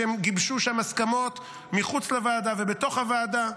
שגיבשו שם הסכמות מחוץ לוועדה ובתוך הוועדה,